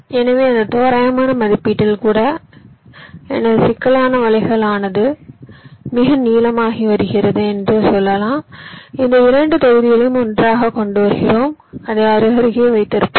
எனவே அந்த தோராயமான மதிப்பீட்டில் கூட எனது சிக்கலான வலைகள் ஆனது மிக நீளமாகி வருகிறது என்று சொல்லலாம் இந்த 2 தொகுதிகளையும் ஒன்றாகக் கொண்டு வருவோம் அதை அருகருகே வைத்திருப்போம்